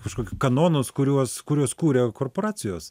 kažkokiu kanonus kuriuos kuriuos kuria korporacijos